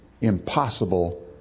impossible